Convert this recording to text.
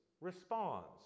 responds